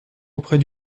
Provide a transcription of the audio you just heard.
auprès